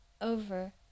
over